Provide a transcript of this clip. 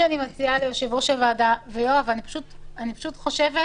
יואב, אני פשוט חושבת